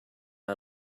out